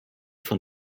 von